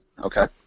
Okay